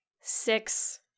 six